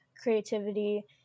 creativity